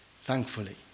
thankfully